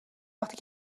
وقتی